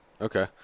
Okay